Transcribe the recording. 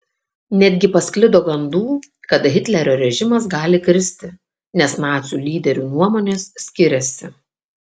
netgi pasklido gandų kad hitlerio režimas gali kristi nes nacių lyderių nuomonės skiriasi